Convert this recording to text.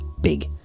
Big